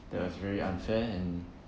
that was very unfair and